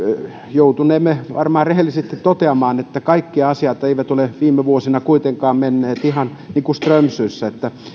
joutunemme varmaan rehellisesti toteamaan että kaikki asiat eivät ole viime vuosina kuitenkaan menneet ihan niin kuin strömsössä